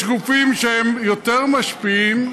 יש גופים שהם יותר משפיעים,